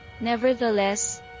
Nevertheless